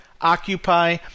Occupy